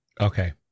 Okay